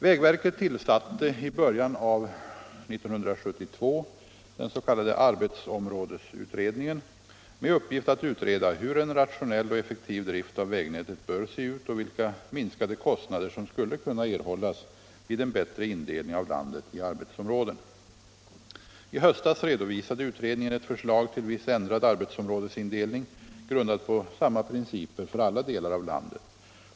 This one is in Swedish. Vägverket tillsatte i början av år 1972 den s.k. arbetsområdesutredningen med uppgift att utreda hur en rationell och effektiv drift av väg nätet bör se ut och vilka minskade kostnader som skulle kunna erhållas — Nr 33 vid en bättre indelning av landet i arbetsområden. Tisdagen den I höstas redovisade utredningen ett förslag till viss ändrad arbetsom 11 mars 1975 rådesindelning, grundad på samma principer för alla delar av landet.